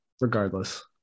regardless